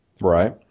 Right